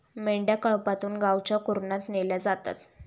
मेंढ्या कळपातून गावच्या कुरणात नेल्या जातात